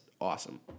awesome